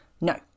no